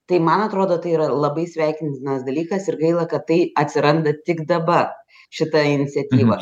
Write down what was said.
tai man atrodo tai yra labai sveikintinas dalykas ir gaila kad tai atsiranda tik daba šita iniciatyva